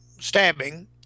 stabbing